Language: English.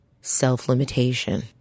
self-limitation